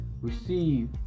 receive